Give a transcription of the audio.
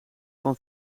van